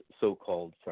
so-called